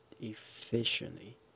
efficiently